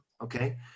Okay